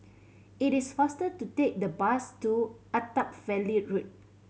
it is faster to take the bus to Attap Valley Road